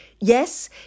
yes